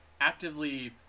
actively